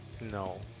no